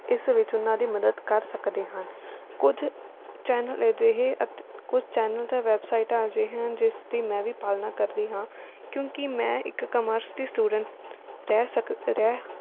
ਇਸ ਵਿੱਚ ਉਨ੍ਹਾਂ ਦੀ ਮਦਦ ਕਰ ਸਕਦੇ ਹਨ ਕੁਝ ਚੈਨਲ ਅਜਿਹੇ ਅਤੇ ਕੁਝ ਚੈਨਲ ਅਤੇ ਵੈੱਬਸਾਈਟਾਂ ਅਜਿਹੀਆਂ ਹਨ ਜਿਸ ਦੀ ਮੈਂ ਵੀ ਪਾਲਣਾ ਕਰਦੀ ਹਾਂ ਕਿਊਂਕਿ ਮੈਂ ਇੱਕ ਕਮਰਸ ਦੀ ਸਟੂਡੈਂਟ ਰਹਿ ਸਕ ਰਹਿ